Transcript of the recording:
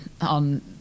on